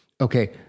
okay